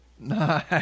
nice